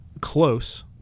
close